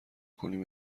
کنیم